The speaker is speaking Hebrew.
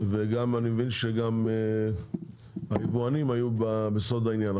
וגם היבואנים היו בסוד העניין.